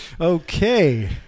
Okay